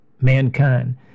mankind